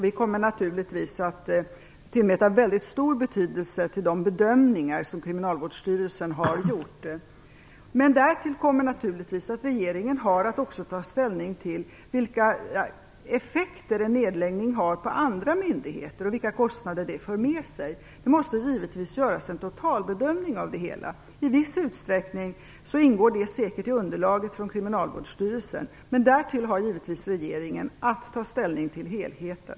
Vi kommer naturligtvis att tillmäta de bedömningar Kriminalvårdsstyrelsen har gjort mycket stor betydelse. Därtill kommer naturligtvis att regeringen också har att ta ställning till vilka effekter en nedläggning har på andra myndigheter och vilka kostnader det för med sig. Det måste givetvis göras en totalbedömning. I viss utsträckning ingår det säkert i underlaget från Kriminalvårdsstyrelsen, men dessutom har regeringen givetvis att ta ställning till helheten.